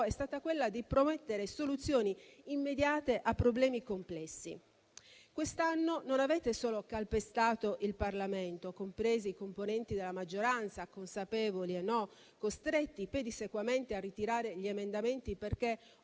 è stata quella di promettere soluzioni immediate a problemi complessi. Quest'anno non avete solo calpestato il Parlamento, compresi i componenti della maggioranza, consapevoli e non, costretti pedissequamente a ritirare gli emendamenti perché